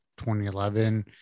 2011